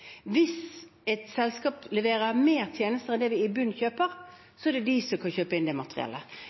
Hvis et selskap leverer flere tjenester enn det vi kjøper, er det de som kan kjøpe inn det materiellet.